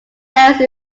else